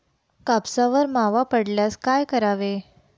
कापसावर मावा पडल्यास काय करावे?